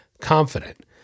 confident